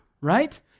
right